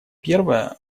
первая